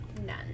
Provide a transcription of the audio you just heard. None